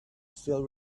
still